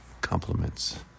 compliments